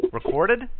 Recorded